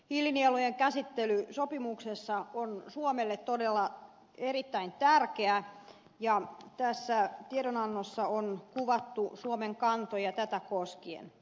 hiilinielujen käsittely sopimuksessa on suomelle todella erittäin tärkeä ja tässä tiedonannossa on kuvattu suomen kantoja tätä koskien